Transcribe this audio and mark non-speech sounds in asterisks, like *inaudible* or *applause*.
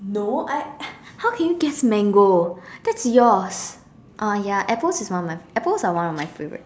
no I *laughs* how can you guess mango that's yours ah ya apple is one of my apples is one of my favourite